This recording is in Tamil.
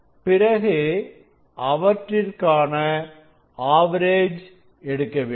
பிறகு அவற்றிற்கான ஆவரேஜ் எடுக்க வேண்டும்